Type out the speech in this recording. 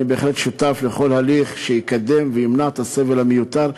אני בהחלט שותף לכל הליך שיקדם וימנע את הסבל המיותר,